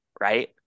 right